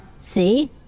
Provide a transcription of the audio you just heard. See